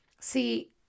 See